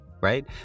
right